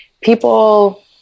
people